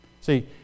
See